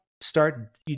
start –